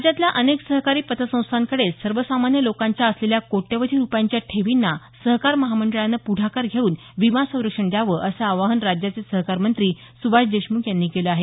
राज्यातल्या अनेक सहकारी पतसंस्थाकडे सर्वसामान्य लोकांच्या असलेल्या कोटयवधी रुपयांच्या ठेवींना सहकार महामंडळानं पुढाकार घेवून विमा संरक्षण द्यावं असं आवाहन राज्याचे सहकार मंत्री सुभाष देशमुख यांनी केलं आहे